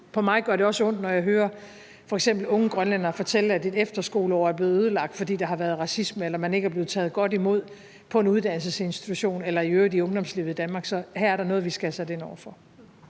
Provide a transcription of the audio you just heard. På mig gør det også ondt, når jeg hører f.eks. unge grønlændere fortælle, at et efterskoleår er blevet ødelagt, fordi der har været racisme, eller at man ikke er blevet taget godt imod på en uddannelsesinstitution eller i øvrigt i ungdomslivet i Danmark. Så her er der noget, vi skal have sat ind over for.